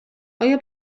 آیا